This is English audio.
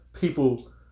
people